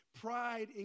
pride